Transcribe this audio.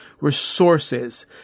resources